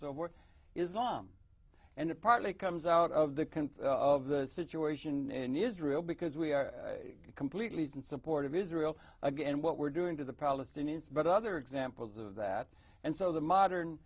forth is om and it partly comes out of the can of the situation in israel because we are completely in support of israel again and what we're doing to the palestinians but other examples of that and so the modern